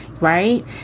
Right